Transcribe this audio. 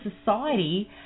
society